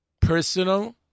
personal